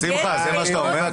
שמחה, זה מה שאתה אומר?